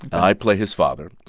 i play his father,